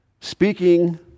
speaking